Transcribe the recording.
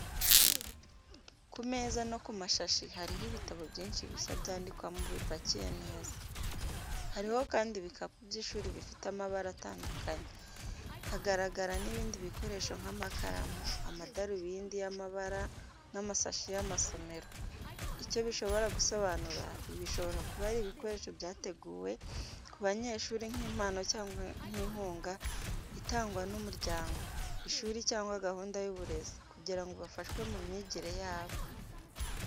Ku meza no ku mashashi hariho ibitabo byinshi bishya byandikwamo bipakiye neza. Hariho kandi ibikapu by’ishuri bifite amabara atandukanye. Hagaragara n’ibindi bikoresho nk’amakaramu, amadarubindi y’amabara n’amasashi y’amasomero. Icyo bishobora gusobanura, ibi bishobora kuba ari ibikoresho byateguwe ku banyeshuri nk’impano cyangwa nk’inkunga itangwa n’umuryango, ishuri cyangwa gahunda y’uburezi, kugira ngo bafashwe mu myigire yabo.